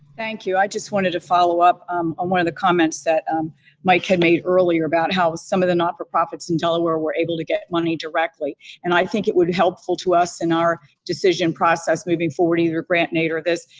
thank you. i just wanted to follow-up um on one of the comments that um mike had made earlier about how some of the not-for-profits in delaware were able to get money directly and i think it would be helpful to us in our decision process moving forward either grant-and-aid or this,